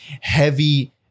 Heavy